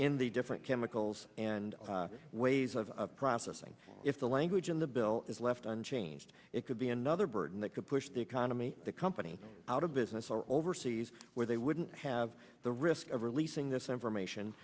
in the different chemicals and ways of processing if the language in the bill is left unchanged it could be another burden that could push the economy the company out of business or overseas where they wouldn't have the risk of releasing this information